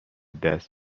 دست